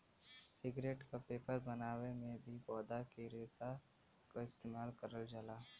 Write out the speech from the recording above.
cigarette क paper बनावे में भी पौधा के रेशा क इस्तेमाल करल जाला